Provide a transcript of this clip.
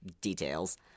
details